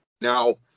Now